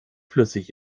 flüssig